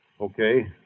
Okay